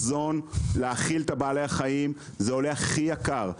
להאכיל את בעלי החיים, זה הכי יקר.